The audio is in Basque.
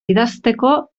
idazteko